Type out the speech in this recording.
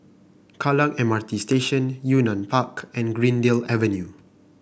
Kallang M R T Station Yunnan Park and Greendale Avenue